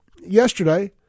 yesterday